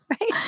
right